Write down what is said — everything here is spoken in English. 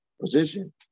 position